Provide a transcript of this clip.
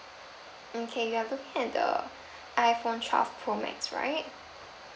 okay you are looking at the iphone twelve pro max right